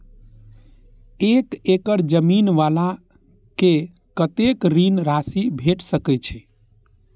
एक एकड़ जमीन वाला के कतेक ऋण राशि भेट सकै छै?